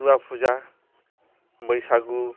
Durga Puja Bwisagu